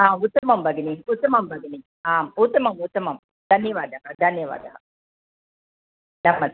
हा उत्तमं भगिनि उत्तमं भगिनि आम् उत्तमम् उत्तमं धन्यवादः धन्यवादः नमस्ते